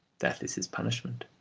that is his punishment.